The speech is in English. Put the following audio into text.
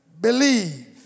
believe